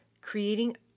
creating